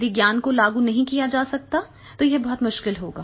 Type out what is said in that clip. यदि ज्ञान को लागू नहीं किया जा सकता है तो यह बहुत मुश्किल होगा